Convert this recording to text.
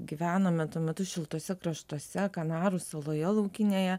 gyvenome tuo metu šiltuose kraštuose kanarų saloje laukinėje